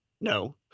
No